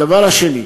הדבר השני,